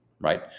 right